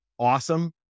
awesome